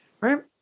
Right